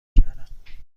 کردم